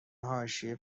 حاشیه